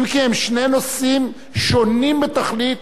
אם כי הם שני נושאים שונים בתכלית,